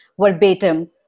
verbatim